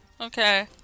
Okay